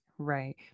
Right